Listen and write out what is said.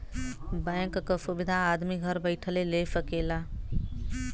bank क सुविधा आदमी घर बैइठले ले सकला